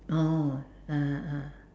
oh (uh huh) (uh huh)